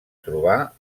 trobar